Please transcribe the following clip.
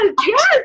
Yes